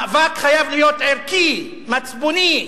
מאבק חייב להיות ערכי, מצפוני,